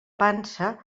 pansa